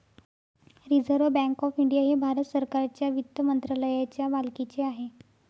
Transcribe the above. reserve bank of India हे भारत सरकारच्या वित्त मंत्रालयाच्या मालकीचे आहे